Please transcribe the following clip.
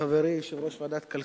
מדינת ישראל.